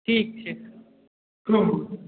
ठीक छै